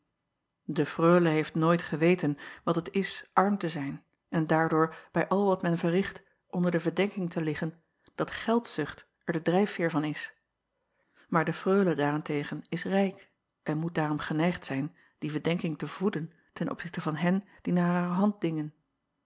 e reule heeft nooit geweten wat het is arm te zijn en daardoor bij al wat men verricht onder de verdenking te liggen dat geldzucht er de drijfveêr van is maar de reule daar-en-tegen is rijk en moet daarom geneigd zijn die verdenking te voeden ten opzichte van hen die naar hare hand dingen